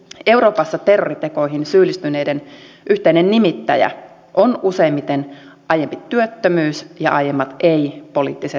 euroopassa terroritekoihin syyllistyneiden yhteinen nimittäjä on useimmiten aiempi työttömyys ja aiemmat ei poliittiset rikokset